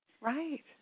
Right